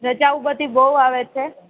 રજાઓ બધી બહુ આવે છે